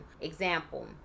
Example